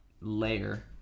layer